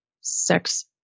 sex